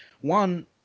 One